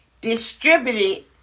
distributed